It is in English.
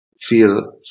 feel